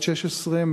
בת 16,